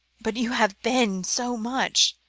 but you have been so much,